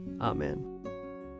amen